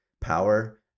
power